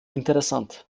interessant